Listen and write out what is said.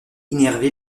innervé